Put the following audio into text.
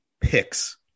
picks